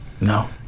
No